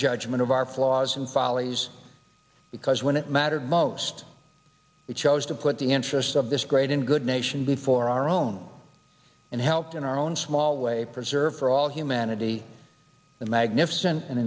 judgment of our flaws and follies because when it mattered most we chose to put the interests of this great and good nation before our own and helped in our own small way preserve for all humanity the magnifique sent an